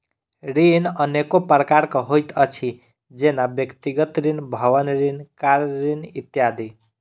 ऋण अनेको प्रकारक होइत अछि, जेना व्यक्तिगत ऋण, भवन ऋण, कार ऋण इत्यादि